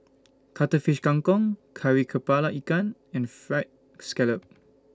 Cuttlefish Kang Kong Kari Kepala Ikan and Fried Scallop